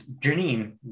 Janine